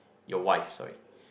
your wife sorry